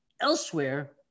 elsewhere